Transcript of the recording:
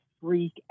freak